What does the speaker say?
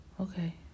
Okay